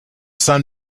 sun